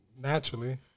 naturally